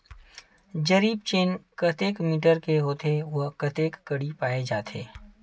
जरीब चेन कतेक मीटर के होथे व कतेक कडी पाए जाथे?